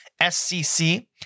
SCC